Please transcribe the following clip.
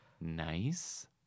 nice